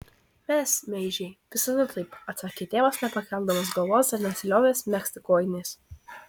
mes meižiai visada taip atsakė tėvas nepakeldamas galvos ir nesiliovęs megzti kojinės